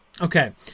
Okay